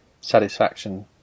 satisfaction